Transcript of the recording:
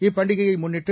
இப்பண்டிகையை முன்னிட்டு